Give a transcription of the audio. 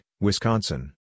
Wisconsin